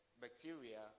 bacteria